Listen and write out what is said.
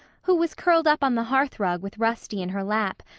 who was curled up on the hearth-rug with rusty in her lap,